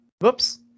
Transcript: whoops